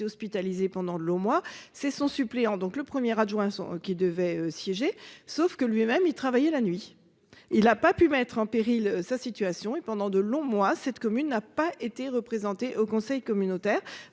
hospitalisé pendant de longs mois, c'est son suppléant. Donc le premier adjoint qui devait siéger sauf que lui-même y travailler la nuit, il a pas pu mettre en péril sa situation et pendant de longs mois. Cette commune n'a pas été représentés au conseil communautaire.